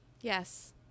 Yes